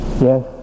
Yes